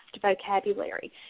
vocabulary